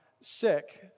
sick